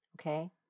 okay